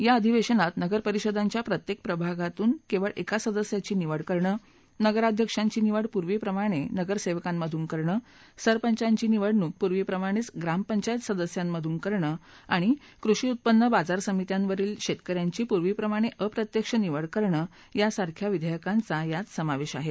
या अधिवेशनात नगर परिषदांच्या प्रत्येक प्रभागातून केवळ एका सदस्याची निवड करणं नगराध्यक्षांची निवड पूर्वीप्रमाणे नगरसेवकांमधून करणं सरपंचांची निवडणूक पूर्वीप्रमाणेच ग्रामपंचायत सदस्यांमधून करणं आणि कृषी उत्पन्न बाजारसमित्यावरील शैतकऱ्यांची पूर्वीप्रमाणे अप्रत्यक्ष निवड करणं यासारख्या विधेयकांचा समावेश आहे